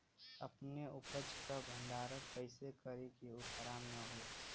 अपने उपज क भंडारन कइसे करीं कि उ खराब न हो?